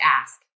ask